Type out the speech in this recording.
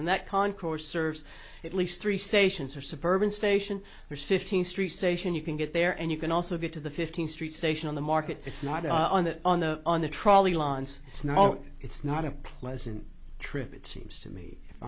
and that concourse serves at least three stations or suburban station there's fifteenth street station you can get there and you can also get to the fifteenth street station on the market it's not on the on the on the trolley lines it's known it's not a pleasant trip it seems to me